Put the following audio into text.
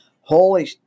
holy